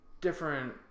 different